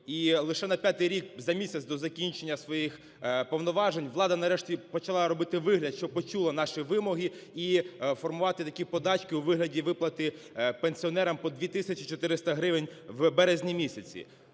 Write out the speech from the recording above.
І лише на п'ятий рік, за місяць до закінчення своїх повноважень, влада нарешті почала робити вигляд, що почула наші вимоги і формувати такі подачки у вигляді виплати пенсіонерам по 2 тисячі 400 гривень в березні місяці.